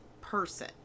person